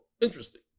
Interesting